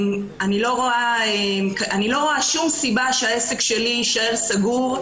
אני לא רואה שום סיבה שהעסק שלי יישאר סגור.